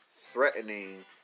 threatening